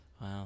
Wow